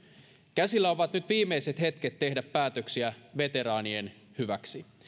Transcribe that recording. käsillä ovat nyt viimeiset hetket tehdä päätöksiä veteraanien hyväksi